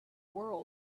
world